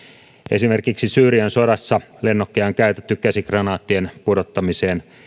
esimerkiksi syyrian sodassa lennokkeja on käytetty käsikranaattien pudottamiseen